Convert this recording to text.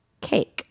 cake